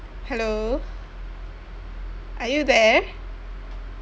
hello are you there